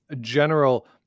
general